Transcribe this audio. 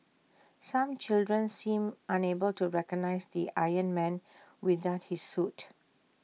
some children seemed unable to recognise the iron man without his suit